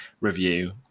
review